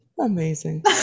amazing